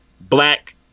black